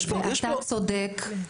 אתה צודק,